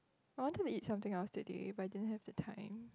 I wanted to eat something else today but I didn't have the time